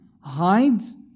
Hides